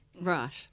right